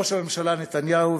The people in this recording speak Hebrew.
ראש הממשלה נתניהו,